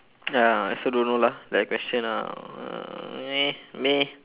ya I also don't know lah that question uh uh meh meh